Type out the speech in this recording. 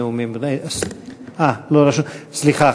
סליחה,